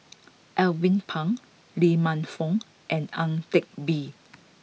Alvin Pang Lee Man Fong and Ang Teck Bee